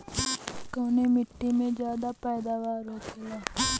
कवने मिट्टी में ज्यादा पैदावार होखेला?